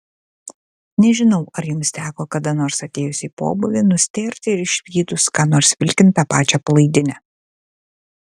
nežinau ar jums teko kada nors atėjus į pobūvį nustėrti išvydus ką nors vilkint tą pačią palaidinę